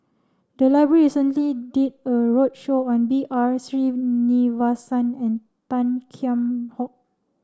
the library recently did a roadshow on B R Sreenivasan and Tan Kheam Hock